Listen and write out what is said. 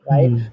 Right